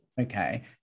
okay